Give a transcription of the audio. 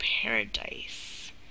paradise